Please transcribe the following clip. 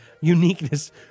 uniqueness